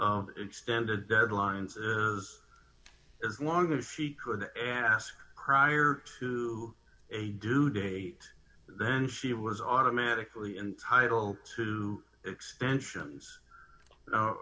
of extended deadlines is as long as she could ask prior to a due date then she was automatically entitled to extensions